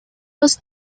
los